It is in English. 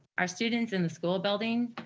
our students in the school building